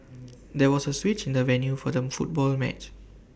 there was A switch in the venue for them football match